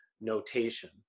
notation